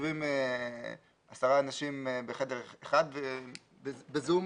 שיושבים עשרה אנשים בחדר אחד בזום,